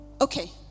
Okay